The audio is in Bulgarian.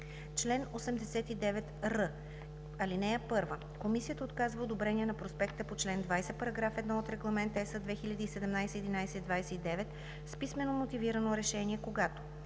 Чл. 89р. (1) Комисията отказва одобрение на проспект по чл. 20, параграф 1 от Регламент (EС) 2017/1129 с писмено мотивирано решение, когато: